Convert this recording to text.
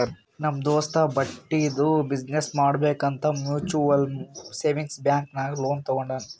ನಮ್ ದೋಸ್ತ ಬಟ್ಟಿದು ಬಿಸಿನ್ನೆಸ್ ಮಾಡ್ಬೇಕ್ ಅಂತ್ ಮ್ಯುಚುವಲ್ ಸೇವಿಂಗ್ಸ್ ಬ್ಯಾಂಕ್ ನಾಗ್ ಲೋನ್ ತಗೊಂಡಾನ್